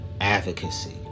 ...advocacy